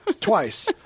Twice